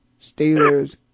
Steelers